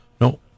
No